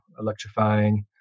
electrifying